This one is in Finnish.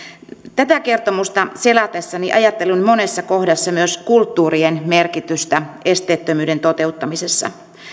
tätä kertomusta selatessani ajattelin monessa kohdassa myös kulttuurien merkitystä esteettömyyden toteuttamisessa